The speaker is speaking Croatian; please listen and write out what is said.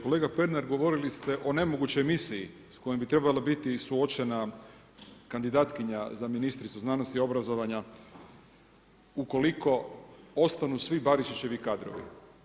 Kolega Pernar govorili ste o nemogućnoj misiji s kojom bi trebala biti suočena kandidatkinja za ministricu znanosti, obrazovanja ukoliko ostaju svi Barišićevi kadrovi.